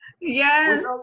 yes